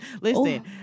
Listen